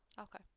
Okay